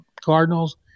Cardinals